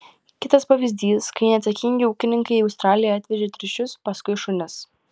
kitas pavyzdys kai neatsakingi ūkininkai į australiją atvežė triušius paskui šunis